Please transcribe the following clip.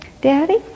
Daddy